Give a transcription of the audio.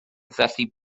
felly